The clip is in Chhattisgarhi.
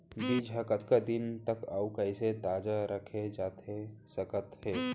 बीज ह कतका दिन तक अऊ कइसे ताजा रखे जाथे सकत हे?